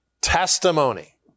testimony